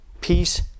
Peace